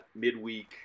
midweek